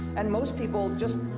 and most people just.